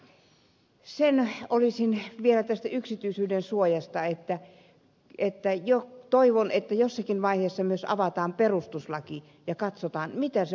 sen olisin vielä tästä yksityisyyden suojasta halunnut sanoa että toivon että jossakin vaiheessa myös avataan perustuslaki ja katsotaan mitä se oikein sisältää